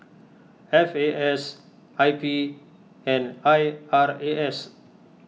F A S I P and I R A S